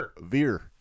veer